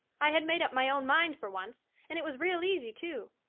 i had made up my own mind for once and it was real easy, too.